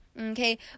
okay